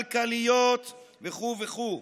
כלכליות" וכו' וכו'.